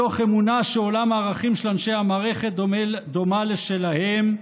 מתוך אמונה שעולם הערכים של אנשי המערכת דומה לשלהם,